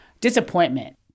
disappointment